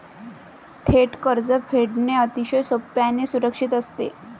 थेट कर्ज फेडणे अतिशय सोपे आणि सुरक्षित असते